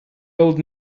old